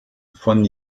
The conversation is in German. von